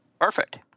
Perfect